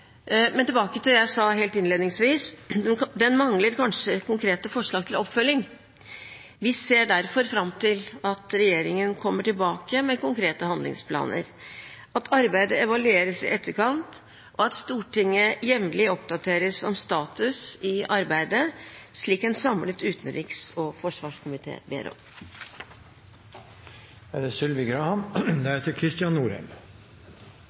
Men tilbake til det jeg sa helt innledningsvis: Den mangler kanskje konkrete forslag til oppfølging. Vi ser derfor fram til at regjeringen kommer tilbake med konkrete handlingsplaner, at arbeidet evalueres i etterkant, og at Stortinget jevnlig oppdateres om status i arbeidet, slik en samlet utenriks- og forsvarskomité ber om.